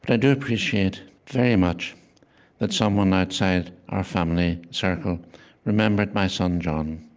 but i do appreciate very much that someone outside our family circle remembered my son, john.